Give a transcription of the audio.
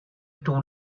too